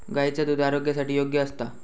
गायीचा दुध आरोग्यासाठी योग्य असता